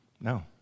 No